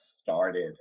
started